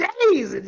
Days